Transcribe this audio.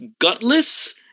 gutless